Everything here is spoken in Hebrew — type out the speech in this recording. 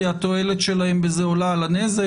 כי התועלת שלהן עולה על הנזק?